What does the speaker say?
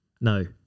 No